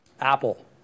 Apple